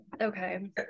Okay